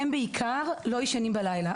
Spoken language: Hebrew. הם בעיקר לא ישנים בלילה.